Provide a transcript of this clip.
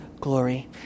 glory